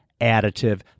additive